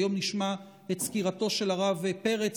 היום נשמע את סקירתו של הרב פרץ.